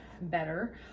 better